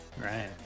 right